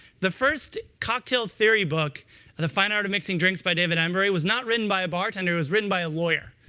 the first cocktail theory book and the fine art of mixing drinks by david embury, was not written by a bartender, it was written by a lawyer.